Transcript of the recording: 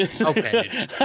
okay